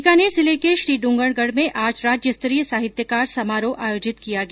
बीकानेर जिले के श्रीड्ंगरगढ में आज राज्यस्तरीय साहित्यकार समारोह आयोजित किया गया